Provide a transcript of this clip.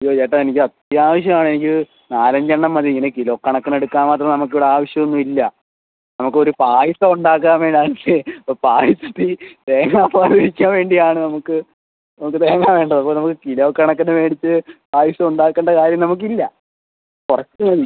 അയ്യോ ചേട്ടാ എനിക്ക് അത്യാവശ്യം ആണ് എനിക്ക് നാലഞ്ച് എണ്ണം മതി ഇങ്ങനെ കിലോ കണക്കിന് എടുക്കാൻ മാത്രം നമുക്ക് ഇവിടെ ആവശ്യം ഒന്നും ഇല്ല നമുക്ക് ഒരു പായസം ഉണ്ടാക്കാൻ വേണ്ടി എനിക്ക് അപ്പോൾ പായസത്തിൽ തേങ്ങാപ്പാൽ ഒഴിക്കാൻ വേണ്ടി ആണ് നമുക്ക് നമുക്ക് തേങ്ങ വേണ്ടത് അപ്പോൾ നമുക്ക് കിലോ കണക്കിന് മേടിച്ച് പായസം ഉണ്ടാക്കേണ്ട കാര്യം നമുക്ക് ഇല്ല കുറച്ച് മതി